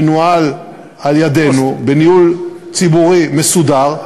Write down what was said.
מנוהל על-ידינו בניהול ציבורי מסודר,